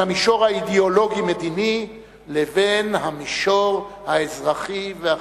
המישור האידיאולוגי-מדיני לבין המישור האזרחי והחברתי.